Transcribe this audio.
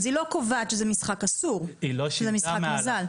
היא לא קובעת שזה משחק אסור זה משחק מזל.